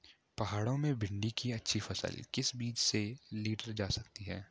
पहाड़ों में भिन्डी की अच्छी फसल किस बीज से लीटर जा सकती है?